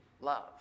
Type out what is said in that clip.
love